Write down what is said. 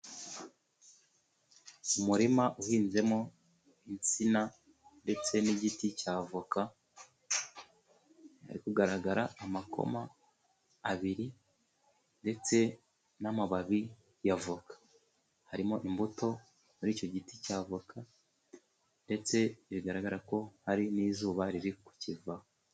Umurima uhinzemo insina .Ndetse n'igiti cya avoka .Hari kugaragara amakoma abiri ndetse n'amababi ya avoka .Harimo imbuto muri icyo giti cy'avoka .Ndetse bigaragara ko hari n'izuba ririkukivaho.